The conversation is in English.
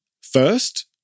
First